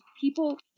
people